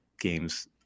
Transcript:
games